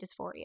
dysphoria